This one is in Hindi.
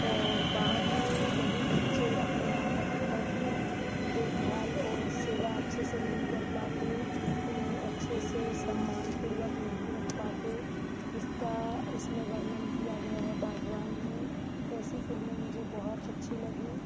और बाद में वही बच्चे अपने माता पिता की देखभाल और सेवा अच्छे से नहीं कर पाते उन्हें अच्छे से सम्मानपूर्वक नहीं रख पाते इसका इसमें वर्णन किया गया है बागवान में ऐसी फ़िल्में मुझे बहुत अच्छी लगी